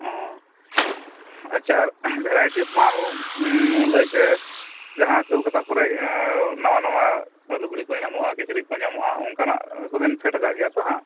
ᱚᱻ ᱟᱪᱪᱷᱟ ᱟᱨ ᱵᱷᱮᱨᱟᱭᱴᱤᱡᱽ ᱢᱟᱞ ᱞᱟᱹᱭᱛᱮ ᱡᱟᱦᱟᱸ ᱠᱳᱞᱠᱟᱛᱟ ᱠᱚᱨᱮᱫ ᱱᱟᱣᱟ ᱱᱟᱣᱟ ᱞᱩᱜᱽᱲᱤᱡ ᱠᱚ ᱧᱟᱢᱚᱜᱼᱟ ᱠᱤᱪᱨᱤᱡ ᱠᱚ ᱧᱟᱢᱚᱜᱼᱟ ᱚᱱᱠᱟᱱᱟᱜ ᱠᱚᱵᱮᱱ ᱯᱷᱮᱰ ᱟᱠᱟᱫ ᱜᱮᱭᱟ ᱛᱚ ᱦᱟᱸᱜ